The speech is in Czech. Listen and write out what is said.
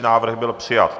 Návrh byl přijat.